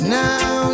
now